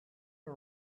all